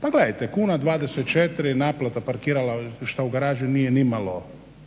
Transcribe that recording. Pa gledajte, 1,02 naplata parkirališta u garaži nije nimalo